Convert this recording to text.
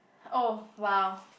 oh !wow!